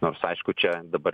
nors aišku čia dabar